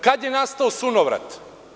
Kada je nastao sunovrat?